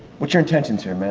whats your intention here,